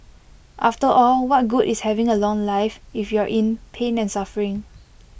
after all what good is having A long life if you're in pain and suffering